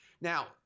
Now